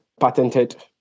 patented